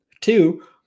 Two